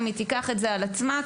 אם תיקח זאת על עצמה,